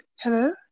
Hello